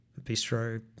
bistro